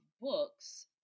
books